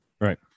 right